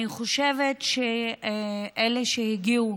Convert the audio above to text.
אני חושבת שאלה שהגיעו,